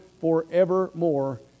forevermore